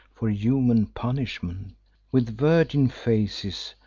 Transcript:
for human punishment with virgin faces,